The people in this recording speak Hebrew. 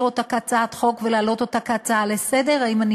אותה כהצעת חוק ולהעלות אותה כהצעה לסדר-היום.